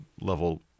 level